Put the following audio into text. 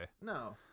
No